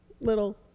little